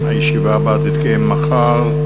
הישיבה הבאה תתקיים מחר,